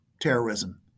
terrorism